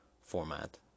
format